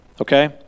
Okay